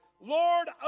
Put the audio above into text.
Lord